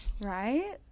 Right